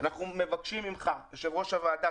אנחנו מבקשים ממך יו"ר הוועדה,